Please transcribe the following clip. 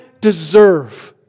deserve